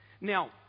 Now